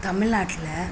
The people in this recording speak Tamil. தமிழ்நாட்டில்